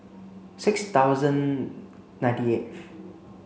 six thousand ninety eighth